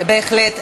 בהחלט.